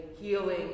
healing